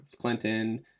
Clinton